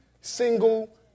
single